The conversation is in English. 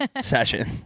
session